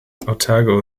otago